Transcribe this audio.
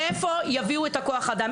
כרגע הדיון זה --- מאיפה יביאו את כוח האדם?